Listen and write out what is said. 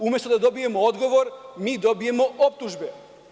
Umesto da dobijemo odgovor, mi dobijemo optužbe.